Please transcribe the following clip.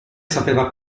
sapeva